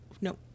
Nope